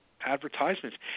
advertisements